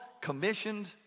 commissioned